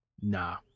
Nah